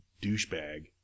douchebag